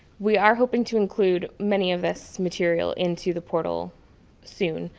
we are hoping to include many of this material into the portal soon,